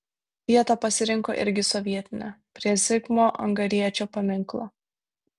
vietą pasirinko irgi sovietinę prie zigmo angariečio paminklo